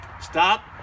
stop